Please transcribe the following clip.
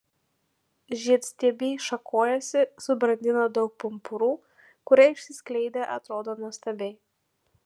žiedstiebiai šakojasi subrandina daug pumpurų kurie išsiskleidę atrodo nuostabiai